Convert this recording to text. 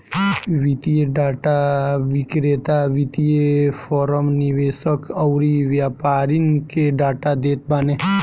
वित्तीय डाटा विक्रेता वित्तीय फ़रम, निवेशक अउरी व्यापारिन के डाटा देत बाने